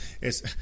es